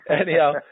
Anyhow